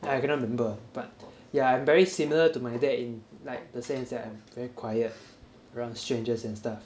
I cannot remember but yeah I very similar to my dad in like the sense that I am very quiet around strangers and stuff